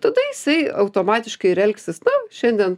tada jisai automatiškai ir elgsis nu šiandien